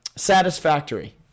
satisfactory